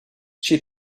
she